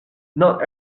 not